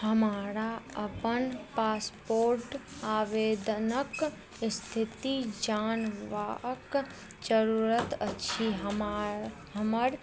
हमरा अपन पासपोर्ट आवेदनके इस्थिति जानबाके जरूरत अछि हमार हमर